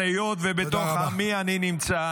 אבל היות שבתוך עמי אני נמצא,